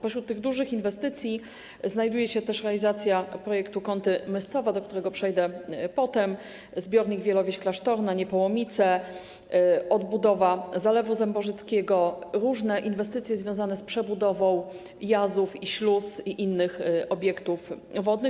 Pośród tych dużych inwestycji znajduje się też realizacja projektu Kąty - Myscowa, do którego przejdę potem, zbiornik Wielowieś Klasztorna, Niepołomice, odbudowa Zalewu Zemborzyckiego, różne inwestycje związane z przebudową jazów i śluz i innych obiektów wodnych.